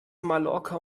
mallorca